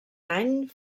any